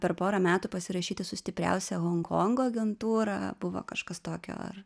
per porą metų pasirašyti su stipriausia honkongo agentūra buvo kažkas tokio ar